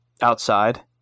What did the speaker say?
outside